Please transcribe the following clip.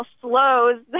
slows